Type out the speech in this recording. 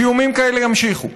זיהומים כאלה ימשיכו.